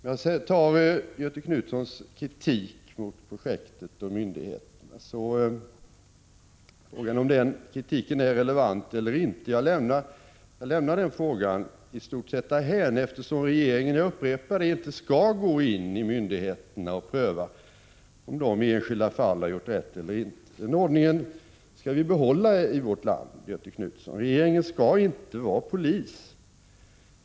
Frågan om Göthe Knutsons kritik mot projektet och myndigheterna är relevant eller inte lämnar jag i stort sett därhän, eftersom regeringen — jag upprepar det — inte skall gå in och pröva om myndigheter i enskilda fall har gjort rätt eller inte. Den ordningen skall vi behålla i vårt land, Göthe Knutson! Regeringen skall inte vara polis.